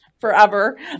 forever